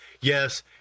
Yes